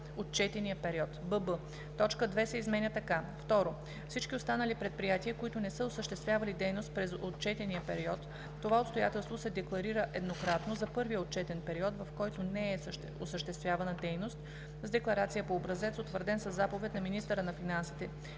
отчетния период“; бб) точка 2 се изменя така: „2. всички останали предприятия, които не са осъществявали дейност през отчетния период; това обстоятелство се декларира еднократно за първия отчетен период, в който не е осъществявана дейност, с декларация по образец, утвърден със заповед на министъра на финансите;